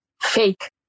fake